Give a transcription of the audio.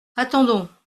attendons